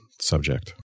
subject